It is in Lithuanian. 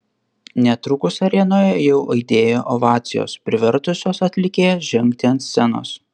netrukus arenoje jau aidėjo ovacijos privertusios atlikėją žengti ant scenos